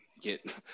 get